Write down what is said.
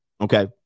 Okay